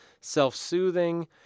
self-soothing